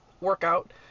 workout